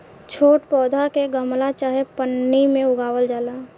छोट पौधा के गमला चाहे पन्नी में उगावल जाला